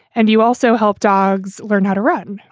and you also help dogs learn how to run.